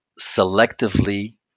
selectively